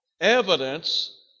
evidence